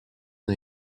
n’a